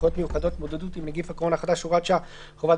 מיוחדות להתמודדות עם נגיף הקורונה החדש (הוראת שעה) (הגבלת